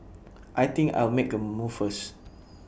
I think I'll make A move first